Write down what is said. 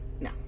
No